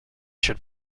should